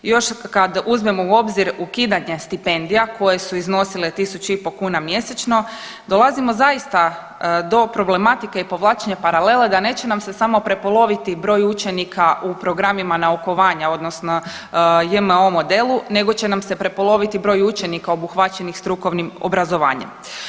Još kad uzmemo u obzir ukidanje stipendija koje su iznosile 1.500 kuna mjesečno dolazimo zaista do problematike i povlačenja paralele da neće nam se samo prepoloviti broj učenika u programima naukovanja odnosno JMO modelu nego će nam se prepoloviti broj učenika obuhvaćenih strukovnim obrazovanje.